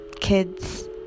kids